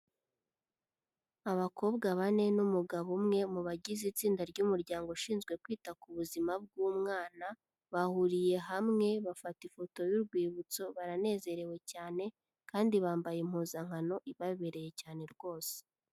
Abakobwa bane n'umugabo umwe mu bagize tsinda ry'Umuryango ushinzwe kwita ku buzima bw'Umwana, bahuriye hamwe bafata ifoto y'urwibutso, baranezerewe cyane kandi bambaye impuzankano ibabereye cyane rwose.